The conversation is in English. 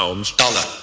Dollar